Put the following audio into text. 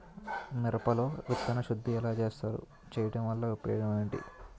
మిరప లో విత్తన శుద్ధి ఎలా చేస్తారు? చేయటం వల్ల ఉపయోగం ఏంటి?